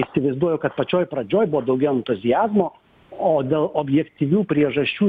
aš įsivaizduoju kad pačioj pradžioj buvo daugiau entuziazmo o dėl objektyvių priežasčių